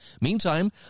Meantime